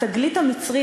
התגלית המצרית,